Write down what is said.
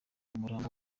umurambo